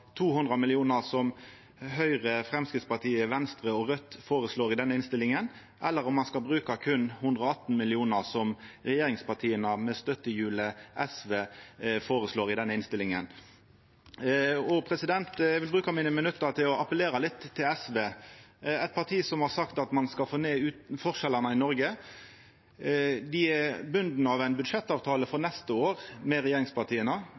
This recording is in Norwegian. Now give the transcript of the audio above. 200 mill. kr, som Høgre, Framstegspartiet, Venstre og Raudt føreslår i denne innstillinga, eller ein skal bruka berre 118 mill. kr, som regjeringspartia og støttehjulet SV føreslår i innstillinga. Eg vil bruka mine minutt til å appellera litt til SV – eit parti som har sagt at ein skal få ned forskjellane i Noreg. Dei er bundne av ein budsjettavtale for neste år med regjeringspartia.